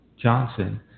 Johnson